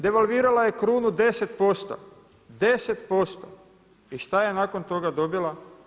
Devalvirala je krunu 10%, 10%, i šta je nakon toga dobila?